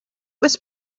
was